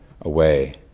away